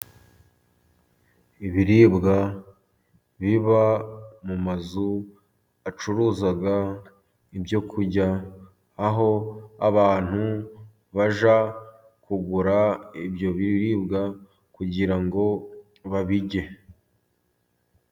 Ibiribwa biba mu mazu acuruza ibyo kurya, aho abantu bajya kugura ibyo biribwa kugira ngo babirye.